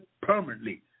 permanently